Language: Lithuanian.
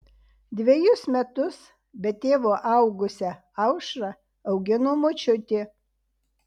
dvejus metus be tėvo augusią aušrą augino močiutė